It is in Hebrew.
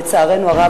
לצערנו הרב,